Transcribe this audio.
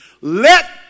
let